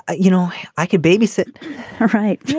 ah you know i could babysit. all right.